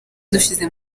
dushyize